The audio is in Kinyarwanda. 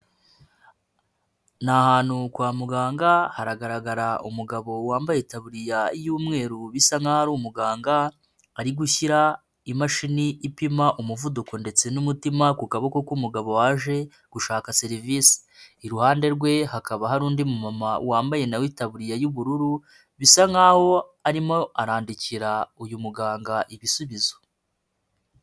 Ni ahantu kwa muganga haragaragara umugabo wambaye itaburiya y'umweru bisa nkaho ari umuganga, ari gushyira imashini ipima umuvuduko ndetse n'umutima ku kaboko k'umugabo waje gushaka serivisi. Iruhande rwe hakaba hari undi mumama wambaye na we itaburiya y'ubururu bisa nkaho arimo arandikira uyu muganga ibisubizo.